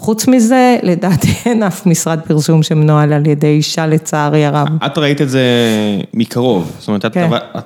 ‫חוץ מזה, לדעתי אין אף משרד פרסום ‫שמנוע על ידי אישה לצערי הרב. ‫את ראית את זה מקרוב. ‫-כן.